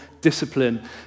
discipline